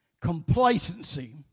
complacency